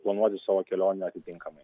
planuoti savo kelionę atitinkamai